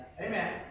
Amen